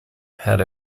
had